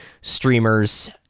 streamers